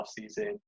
offseason